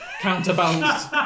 counterbalanced